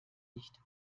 nicht